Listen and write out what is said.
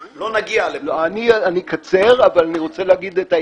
מה, אני לא יודע?